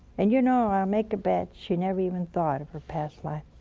and you know, i'll make a bet she never even thought of her past life.